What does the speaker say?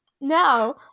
now